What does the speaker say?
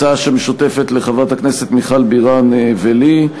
הצעה שמשותפת לחברת הכנסת מיכל בירן ולי.